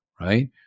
right